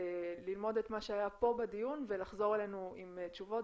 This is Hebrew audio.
ללמוד את מה שהיה פה בדיון ולחזור אלינו עם תשובות.